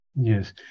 yes